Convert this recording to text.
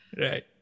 Right